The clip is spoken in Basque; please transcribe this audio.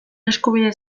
eskubide